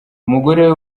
umugore